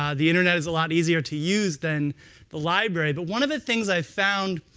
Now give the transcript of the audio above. um the internet is a lot easier to use than the library. but one of the things i found,